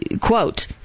quote